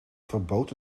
verbood